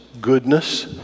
goodness